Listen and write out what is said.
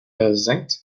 versenkt